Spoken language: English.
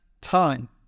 time